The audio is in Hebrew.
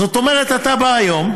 זאת אומרת, אתה בא היום,